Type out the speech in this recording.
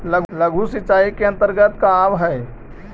लघु सिंचाई के अंतर्गत का आव हइ?